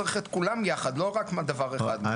צריך את כולם יחד לא רק דבר אחד.